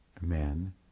men